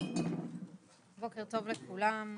בוקר טוב לכולם,